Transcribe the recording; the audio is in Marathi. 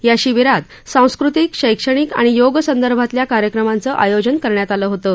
या शिबिरात सांस्कृतिक शैक्षणिक आणि योग संदर्भातल्या कार्यक्रमांचं आयोजन करण्यात आलं होतं